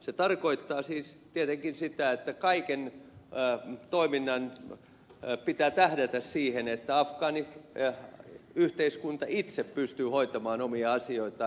se tarkoittaa siis tietenkin sitä että kaiken toiminnan pitää tähdätä siihen että afgaaniyhteiskunta itse pystyy hoitamaan omia asioitaan